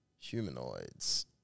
Humanoids